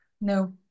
No